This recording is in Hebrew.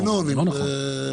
זה לא נכון.